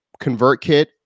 ConvertKit